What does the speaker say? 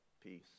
peace